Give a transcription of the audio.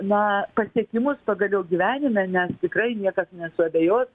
na pasiekimus pagaliau gyvenime nes tikrai niekas nesuabejos